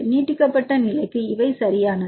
நீட்டிக்கப்பட்ட நிலைக்கு இவை சரியானது